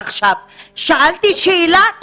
שאלתי שאלה,